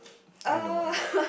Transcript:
I know I know